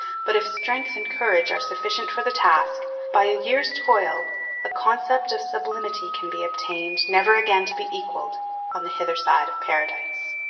but if strength and courage are sufficient for the task, by a year's toil a concept of sublimity can be obtained never again to be equaled on the hither side of paradise.